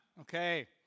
Okay